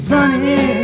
Sunny